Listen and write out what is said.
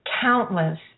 countless